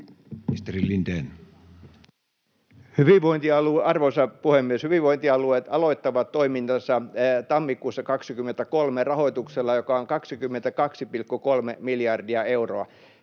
Arvoisa puhemies! Hyvinvointialueet aloittavat toimintansa tammikuussa 23 rahoituksella, joka on 22,3 miljardia euroa.